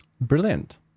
Brilliant